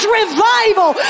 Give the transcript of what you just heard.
revival